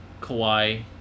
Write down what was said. Kawhi